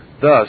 Thus